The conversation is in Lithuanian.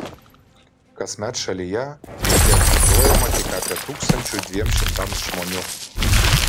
kasmet šalyje ji diagnozuojama tik apie tūkstančiui dviem šimtams žmonių